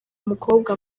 umukobwa